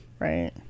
Right